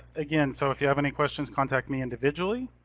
again, so if you have any questions, contact me individually.